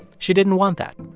she didn't want that.